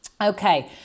Okay